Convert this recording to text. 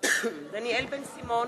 דניאל בן-סימון,